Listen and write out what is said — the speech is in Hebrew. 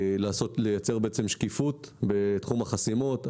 לייצר שקיפות בתחום החסימות.